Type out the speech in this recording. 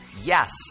Yes